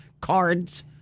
cards